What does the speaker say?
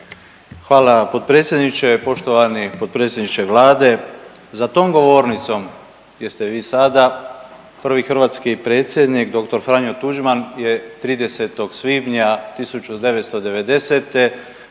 vam potpredsjedniče. Poštovani potpredsjedniče Vlade, za tom govornicom gdje ste vi sada prvi hrvatski predsjednik dr. Franjo Tuđman je 30. svibnja 1990.